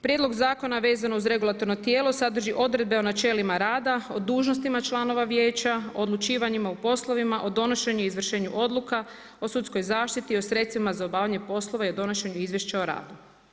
Prijedlog zakona vezano uz regulatorno tijelo sadrži odredbe o načelima rada, o dužnostima članova Vijeća, odlučivanjima u poslovima, o donošenju i izvršenju odluka, o sudskoj zaštiti, o sredstvima za obavljanje poslova i o donošenju izvješća o radu.